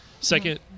Second